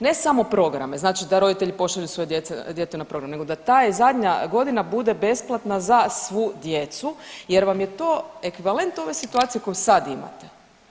Ne samo programe, znači da roditelji pošalju svoje dijete na program, nego da ta zadnja godina bude besplatna za svu djecu jer vam je to ekvivalent ove situacije koju sad imate.